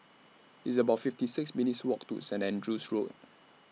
It's about fifty six minutes' Walk to Saint Andrew's Road